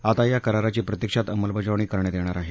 आता या कराराची प्रत्यक्षात अंमलबजावणी करण्यात येणार आहे